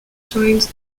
joined